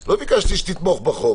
לא ביקשתי שתתמוך בחוק.